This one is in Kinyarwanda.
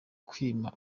kwima